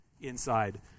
inside